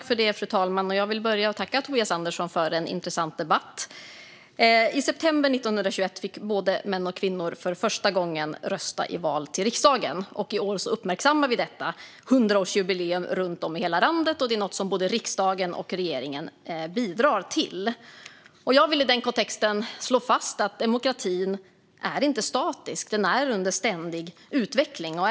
Fru talman! Jag vill börja med att tacka Tobias Andersson för en intressant debatt. I september 1921 fick både män och kvinnor för första gången rösta i val till riksdagen. I år uppmärksammar vi detta 100-årsjubileum runt om i hela landet. Det är något som både riksdagen och regeringen bidrar till. Jag vill i den kontexten slå fast att demokratin inte är statisk utan är under ständig utveckling.